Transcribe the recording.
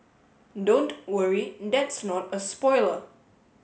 don't worry that's not a spoiler